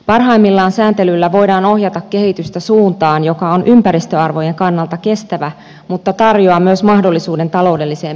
parhaimmillaan sääntelyllä voidaan ohjata kehitystä suuntaan joka on ympäristöarvojen kannalta kestävä mutta tarjoaa myös mahdollisuuden taloudelliseen menestykseen